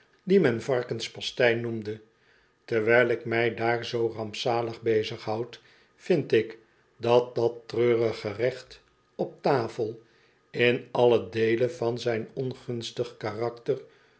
men varkens pastei noemde terwijl ik mij daar zoo rampzalig bezighoud vind ik dat dat treurig gerecht op tafel in allen deele van zijn ongunstig karakter